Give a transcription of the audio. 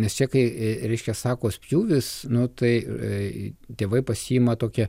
nes čia kai reiškia sako spjūvis nu tai tėvai pasiima tokią